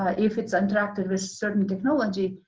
ah if it's interacted with certain technology,